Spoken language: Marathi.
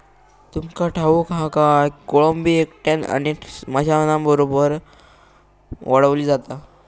तुमका ठाऊक हा काय, कोळंबी एकट्यानं आणि माशांबरोबर वाढवली जाता